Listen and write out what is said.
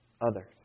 others